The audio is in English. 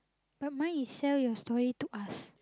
but mine is sell your story to us